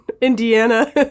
Indiana